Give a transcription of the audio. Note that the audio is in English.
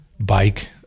bike